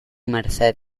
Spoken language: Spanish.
merced